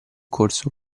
corso